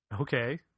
Okay